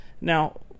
Now